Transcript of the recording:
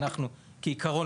כעיקרון,